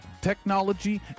Technology